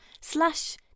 slash